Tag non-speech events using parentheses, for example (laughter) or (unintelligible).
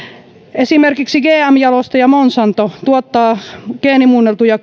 esimerkiksi gm jalostaja monsanto tuottaa geenimuunneltuja (unintelligible)